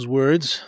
words